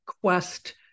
quest